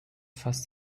fasst